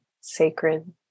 sacred